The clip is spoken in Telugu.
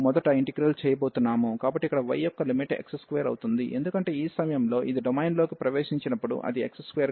కాబట్టి ఇక్కడ y యొక్క లిమిట్ x2అవుతుంది ఎందుకంటే ఈ సమయంలో అది డొమైన్లోకి ప్రవేశించినప్పుడు అది x2 గా ఉంది